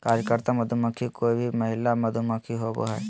कार्यकर्ता मधुमक्खी कोय भी महिला मधुमक्खी होबो हइ